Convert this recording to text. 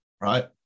right